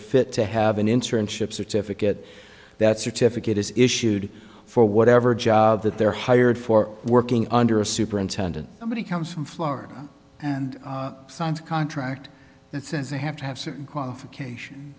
fit to have an internship certificate that certificate is issued for whatever job that they're hired for working under a superintendent somebody comes from florida and signs a contract that says they have to have certain qualification